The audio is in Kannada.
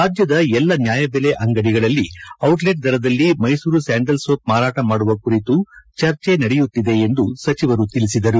ರಾಜ್ಯದ ಎಲ್ಲ ನ್ಯಾಯಬೆಲೆ ಅಂಗಡಿಗಳಲ್ಲಿ ಡಿಟ್ ಲೆಟ್ ದರದಲ್ಲಿ ಮೈಸೂರು ಸ್ಕಾಂಡಲ್ ಸೋಪ್ ಮಾರಾಟ ಮಾಡುವ ಕುರಿತು ಚರ್ಚೆ ನಡೆಯುತ್ತಿದೆ ಎಂದು ಸಚಿವರು ತಿಳಿಸಿದರು